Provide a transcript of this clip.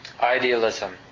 idealism